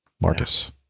Marcus